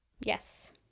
Yes